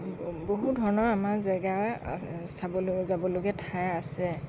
বহু ধৰণৰ আমাৰ জেগা চাবলগীয়া যাবলগীয়া ঠাই আছে